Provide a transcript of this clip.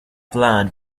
plan